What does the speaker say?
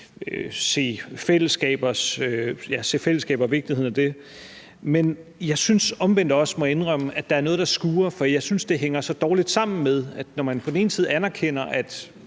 af fællesskaber. Men jeg må omvendt også indrømme, at der er noget, der skurrer. For jeg synes, det hænger så dårligt sammen, når man på den ene side anerkender, at